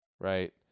right